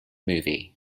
movie